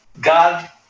God